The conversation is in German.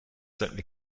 sollten